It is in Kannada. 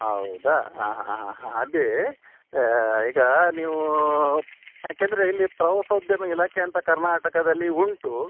ಹೌದಾ ಹಾಂ ಹಾಂ ಹಾಂ ಹಾಂ ಅದೇ ಈಗ ನೀವು ಏಕೆಂದ್ರೆ ಇಲ್ಲಿ ಪ್ರವಾಸೋದ್ಯಮ ಇಲಾಖೆ ಅಂತ ಕರ್ನಾಟಕದಲ್ಲಿ ಉಂಟು